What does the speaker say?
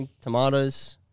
Tomatoes